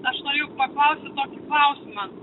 aš norėjau paklausti tokį klausimą